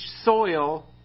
soil